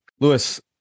Lewis